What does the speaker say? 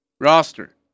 Roster